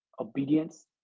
obedience